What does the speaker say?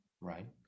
right